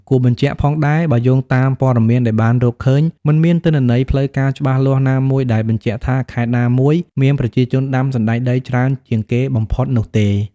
គួបញ្ជាក់ផងដែ បើយោងតាមព័ត៌មានដែលបានរកឃើញ មិនមានទិន្នន័យផ្លូវការច្បាស់លាស់ណាមួយដែលបញ្ជាក់ថាខេត្តណាមួយមានប្រជាជនដាំសណ្តែកដីច្រើនជាងគេបំផុតនោះទេ។